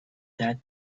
that